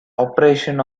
operation